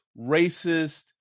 racist